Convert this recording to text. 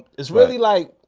it's really like,